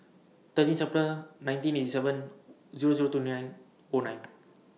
thirteen nineteen eighty seven Zero Zero two nine O nine